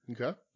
Okay